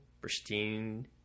pristine